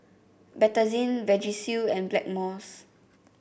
Betadine Vagisil and Blackmores